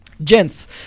Gents